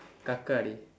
கக்கா:kakkaa dey